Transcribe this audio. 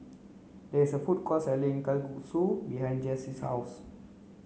there is a food court selling Kalguksu behind Jesse's house